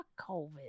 COVID